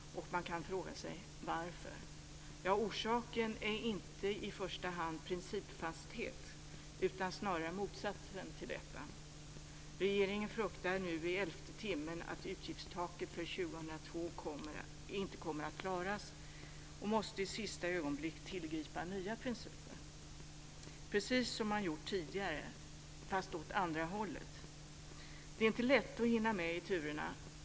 Man kan fråga sig varför. Ja, orsaken är inte i första hand principfasthet, utan snarare motsatsen till detta. Regeringen fruktar nu i elfte timmen att utgiftstaket för 2002 inte kommer att klaras och måste i sista ögonblick tillgripa nya principer - precis som man har gjort tidigare, fast åt andra hållet. Det är inte lätt att hinna med i turerna.